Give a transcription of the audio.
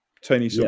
Tony